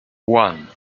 one